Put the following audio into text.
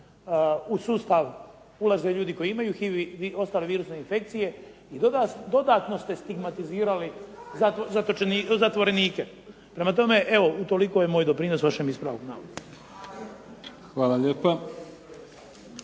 u sustav ulaze ljudi koji imaju HIV i ostale virusne infekcije i dodatno ste stigmatizirali zatvorenike. Prema tome, evo utoliko je moj doprinos vašem ispravku navoda.